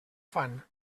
fan